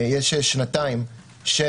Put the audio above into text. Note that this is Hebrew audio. יש שנתיים של